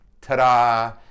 Ta-da